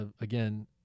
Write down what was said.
again